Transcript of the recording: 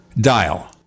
dial